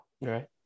Right